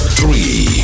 three